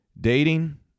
Dating